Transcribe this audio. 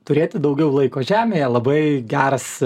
turėti daugiau laiko žemėje labai geras